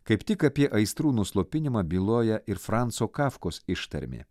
kaip tik apie aistrų nuslopinimą byloja ir franco kafkos ištarmė